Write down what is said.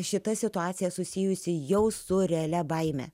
šita situacija susijusi jau su realia baime